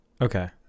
okay